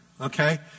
okay